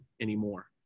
anymore